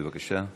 בבקשה.